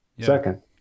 second